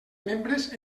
membres